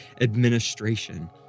administration